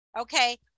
Okay